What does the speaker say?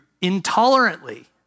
intolerantly